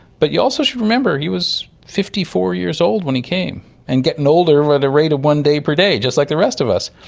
but you also should remember he was fifty four years old when he came and getting older at the rate of one day per day, just like the rest of us.